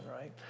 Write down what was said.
right